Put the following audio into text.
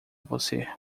você